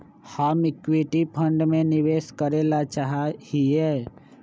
हम equity fund में निवेश करे ला चाहा हीयी